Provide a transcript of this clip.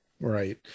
Right